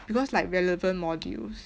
because like relevant modules